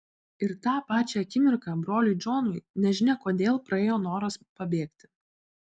ir tą pačią akimirką broliui džonui nežinia kodėl praėjo noras pabėgti